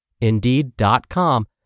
Indeed.com